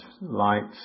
Lights